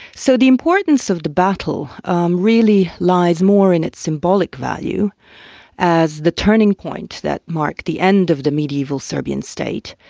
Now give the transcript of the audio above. so the importance of the battle um really lies more in its symbolic value as the turning point that marked the end of the mediaeval serbian state,